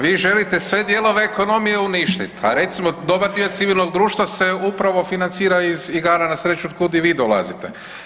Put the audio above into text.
Vi želite sve dijelove ekonomije uništiti, a recimo dobar dio civilnog društva se upravo financira iz igara na sreću od kud i vi dolazite.